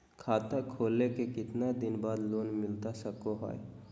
खाता खोले के कितना दिन बाद लोन मिलता सको है?